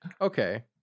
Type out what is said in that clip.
okay